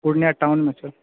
पूर्णिया टाउनमे छै